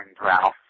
Ralph